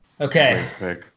Okay